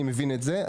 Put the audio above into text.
אני מבין את זה.